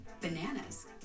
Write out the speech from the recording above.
bananas